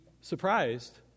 surprised